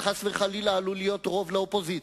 חס וחלילה עלול להיות רוב לאופוזיציה.